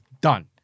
done